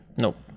Nope